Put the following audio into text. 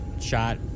shot